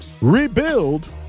rebuild